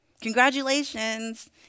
Congratulations